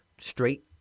straight